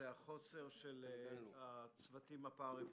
חוסר של צוותים פרה-רפואיים.